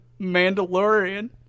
Mandalorian